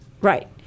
right